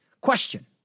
question